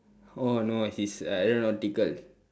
oh no he's uh aeronautical